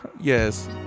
Yes